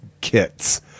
kits